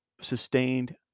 sustained